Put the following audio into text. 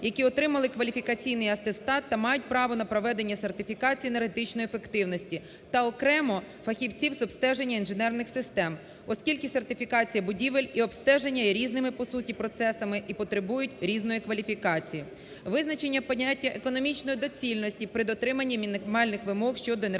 які отримали кваліфікаційний атестат та мають право на проведення сертифікації енергетичної ефективності, та окремо фахівців з обстеження інженерних систем. Оскільки сертифікація будівель і обстеження є різними по суті процесами і потребують різної кваліфікації. Визначення поняття "економічної доцільності" при дотриманні мінімальних вимог щодо енергетичної ефективності.